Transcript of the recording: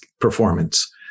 performance